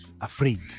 afraid